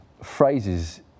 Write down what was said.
phrases